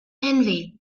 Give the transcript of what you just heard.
envy